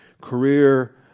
career